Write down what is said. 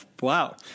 Wow